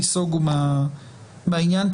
תיסוגו מהעניין,